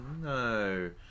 No